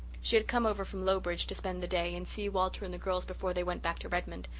she had come over from lowbridge to spend the day and see walter and the girls before they went back to redmond.